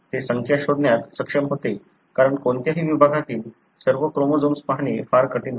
ते संख्या शोधण्यात अक्षम होते कारण कोणत्याही विभागातील सर्व क्रोमोझोम्स पाहणे फार कठीण होते